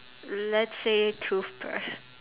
let's say toothbrush